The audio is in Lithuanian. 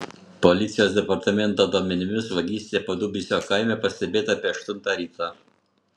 policijos departamento duomenimis vagystė padubysio kaime pastebėta apie aštuntą ryto